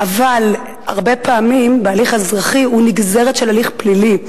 אבל הרבה פעמים ההליך האזרחי הוא נגזרת של ההליך הפלילי,